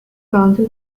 council